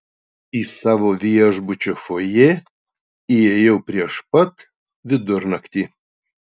į savo viešbučio fojė įėjau prieš pat vidurnaktį